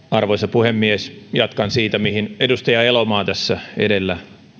arvoisa puhemies jatkan siitä mihin edustaja elomaa tässä edellä